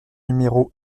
numéro